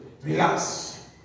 Relax